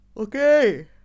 Okay